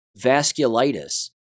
vasculitis